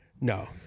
No